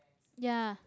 ya